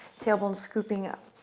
tailbone scooping up.